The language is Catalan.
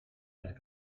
les